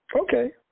Okay